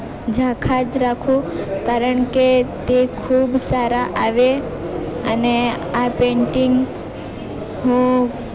ઝાંખા જ રાખું કારણકે તે ખૂબ સારા આવે અને આ પેઈન્ટિંગ હું